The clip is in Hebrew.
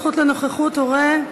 זכות לנוכחות הורה)?